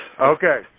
Okay